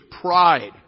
pride